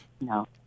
no